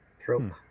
Trope